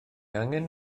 angen